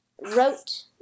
wrote